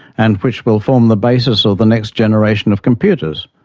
and which will form the basis of the next generation of computers,